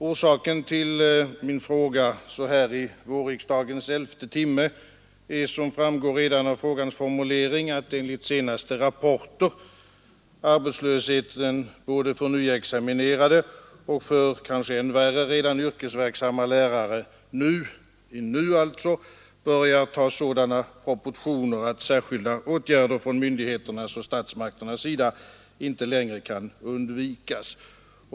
Orsaken till min fråga så här i vårriksdagens elfte timme är, som framgår redan av frågans formulering, att enligt senaste rapporter arbetslösheten både för nyexaminerade och för — kanske än värre — redan yrkesverksamma lärare nu börjar ta sådana proportioner att särskilda åtgärder från myndigheternas och statsmakternas sida inte längre kan undvikas.